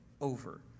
over